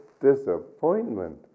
disappointment